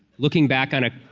looking back on a